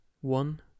one